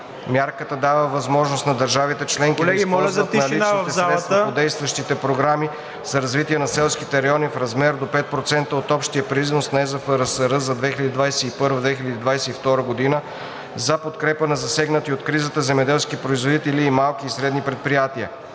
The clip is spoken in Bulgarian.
Мярката дава възможност на държавите членки да използват наличните средства по действащите програми за развитие на селските райони, в размер до 5% от общия принос на ЕЗФРСР за 2021 – 2022 г., за подкрепа на засегнати от кризата земеделски производители и малки и средни предприятия.